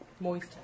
Moist